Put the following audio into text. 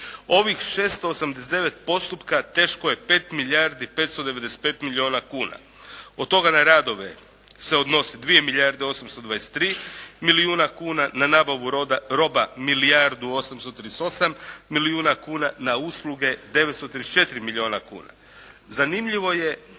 Ovih 689 postupka teško je 5 milijardi 595 milijuna kuna. Od toga na radove se odnosi 2 milijarde 823 milijuna kuna, na nabavu roba milijardu 838 milijuna kuna, na usluge 934 milijuna kuna. Zanimljivo je